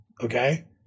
Okay